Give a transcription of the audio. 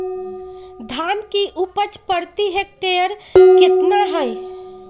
धान की उपज प्रति हेक्टेयर कितना है?